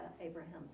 Abraham's